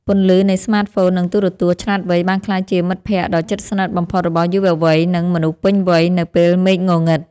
ពន្លឺនៃស្មាតហ្វូននិងទូរទស្សន៍ឆ្លាតវៃបានក្លាយជាមិត្តភក្តិដ៏ជិតស្និទ្ធបំផុតរបស់យុវវ័យនិងមនុស្សពេញវ័យនៅពេលមេឃងងឹត។